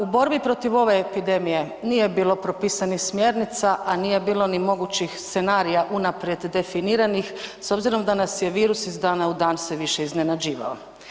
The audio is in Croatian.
U borbi protiv ove epidemije nije bilo propisanih smjernica, a nije bilo ni mogućih scenarija unaprijed definiranih s obzirom da nas je virus iz dana u dan sve više iznenađivao.